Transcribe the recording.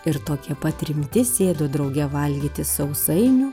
ir tokie pat rimti sėdo drauge valgyti sausainių